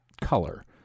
color